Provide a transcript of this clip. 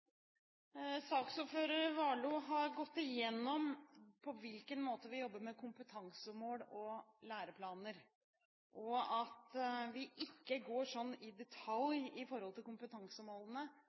Saksordføreren, Warloe, har gått igjennom på hvilken måte vi jobber med kompetansemål og læreplaner – at vi i forhold til